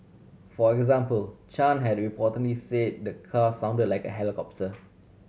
for example Chan had reportedly say the car sound like a helicopter